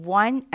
one